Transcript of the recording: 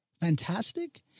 fantastic